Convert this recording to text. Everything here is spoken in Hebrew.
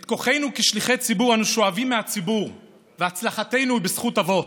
את כוחנו כשליחי ציבור אנו שואבים מהציבור והצלחתנו היא בזכות אבות.